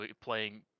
playing